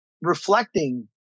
reflecting